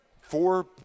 Four